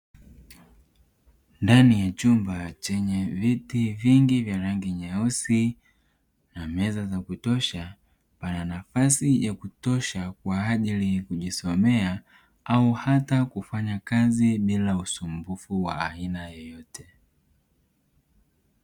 Ndani ya chumba chenye viti vingi vya rangi nyeusi na meza za kutosha pana nafasi ya kutosha kwa ajili ya kujisomea au hata kufanya kazi bila usumbufu wa aina yoyote.